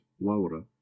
Laura